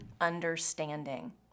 understanding